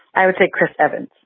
i would say chris evans.